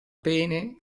pene